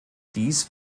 dies